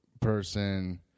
person